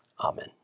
Amen